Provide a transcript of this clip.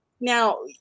now